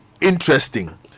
interesting